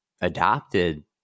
adopted